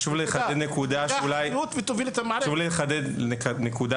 מנהל בית ספר